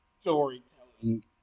storytelling